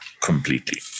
completely